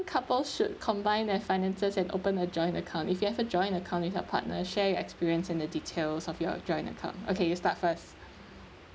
couple should combine their finances and open a joint account if you have a joint account with your partner share your experience and the details of your joint account okay you start first